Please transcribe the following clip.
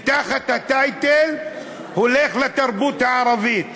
תחת הטייטל: הולך לתרבות הערבית.